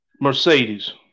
Mercedes